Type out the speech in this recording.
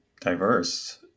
diverse